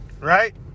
right